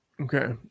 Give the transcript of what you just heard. Okay